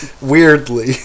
weirdly